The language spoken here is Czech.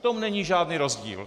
V tom není žádný rozdíl.